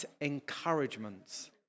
encouragements